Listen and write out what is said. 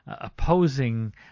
opposing